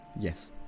Yes